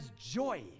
joy